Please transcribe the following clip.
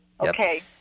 Okay